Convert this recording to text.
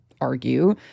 argue—